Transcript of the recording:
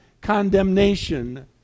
condemnation